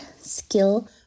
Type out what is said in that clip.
skill